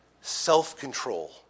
self-control